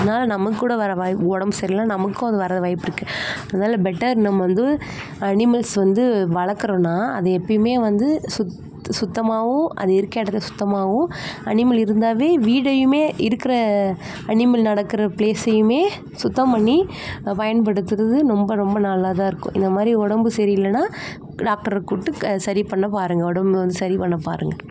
அதனால் நமக்கு கூட வர உடம்பு சரியில்லனா நமக்கும் அது வர வாய்ப்பு இருக்குது அதனால் பெட்டர் நம்ம வந்து அனிமல்ஸ் வந்து வர்ளக்கறோம்னா அது எப்பயுமே வந்து சுத்தமாகவும் அது இருக்க இடத்த சுத்தமாகவும் அனிமல் இருந்தாலே வீட்டையுமே இருக்கிற அனிமல் நடக்கிற ப்ளேஸ்ஸையுமே சுத்தம் பண்ணி பயன்படுத்துவது ரொம்ப ரொம்ப நல்லதாக இருக்கும் இதுமாதிரி உடம்பு சரியில்லன்னா டாக்டரை கூப்பிட்டு சரி பண்ண பாருங்கள் உடம்ப வந்து சரி பண்ண பாருங்கள்